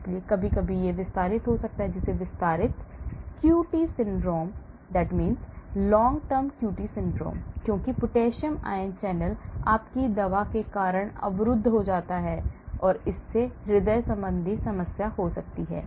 इसलिए कभी कभी यह विस्तारित हो जाता है जिसे विस्तारित QT syndrome long QT syndrome तो क्योंकि पोटेशियम आयन चैनल आपकी दवा के कारण अवरुद्ध हो जाता है और इससे हृदय संबंधी समस्या हो सकती है